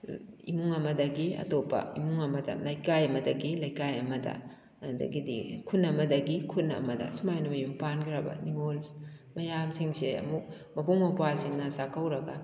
ꯏꯃꯨꯡ ꯑꯃꯗꯒꯤ ꯑꯇꯣꯞꯄ ꯏꯃꯨꯡ ꯑꯃꯗ ꯂꯩꯀꯥꯏ ꯑꯃꯗꯒꯤ ꯂꯩꯀꯥꯏ ꯑꯃꯗ ꯑꯗꯨꯗꯒꯤꯗꯤ ꯈꯨꯟ ꯑꯃꯗꯒꯤ ꯈꯨꯟ ꯑꯃꯗ ꯁꯨꯃꯥꯏꯅ ꯃꯌꯨꯝ ꯄꯥꯟꯈ꯭ꯔꯕ ꯅꯤꯉꯣꯜ ꯃꯌꯥꯝꯁꯤꯡꯁꯤ ꯑꯃꯨꯛ ꯃꯕꯨꯡ ꯃꯧꯄ꯭ꯋꯥꯁꯤꯡꯅ ꯆꯥꯛꯀꯧꯔꯒ